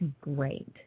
great